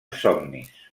somnis